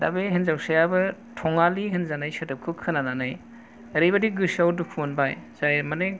दा बे हिन्जावसायाबो थंआलि होजानाय सोदोबखौ खोनाननै ओरैबादि गोसोआव दुखु मोनबाय जे माने